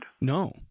No